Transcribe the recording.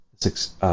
six